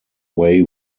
way